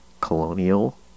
colonial